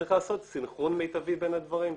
וצריך לעשות סנכרון מיטבי בין הדברים.